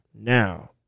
Now